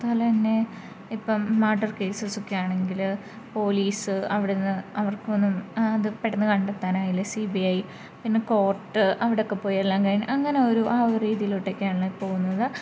അത് പോലെ തന്നെ ഇപ്പം മർഡർ കേസെസൊക്കെ ആണെങ്കിൽ പോലീസ് അവിടെ നിന്ന് അവർക്കൊന്നും അത് പെട്ടെന്ന് കണ്ടെത്താനായില്ലെങ്കിൽ സി ബി ഐ പിന്നെ കോർട്ട് അവിടെയൊക്കെ പോയി എല്ലാം കഴിഞ്ഞ് അങ്ങനെ ഒരു ആ ഒരു രീതിയിലോട്ടേക്കാണ് പോവുന്നത്